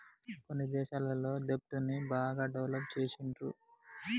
కొన్ని దేశాలల్ల దెబ్ట్ ని బాగా డెవలప్ చేస్తుండ్రు